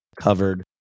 covered